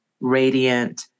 radiant